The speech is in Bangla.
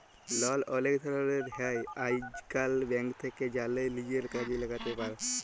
লল অলেক ধরলের হ্যয় আইজকাল, ব্যাংক থ্যাকে জ্যালে লিজের কাজে ল্যাগাতে পার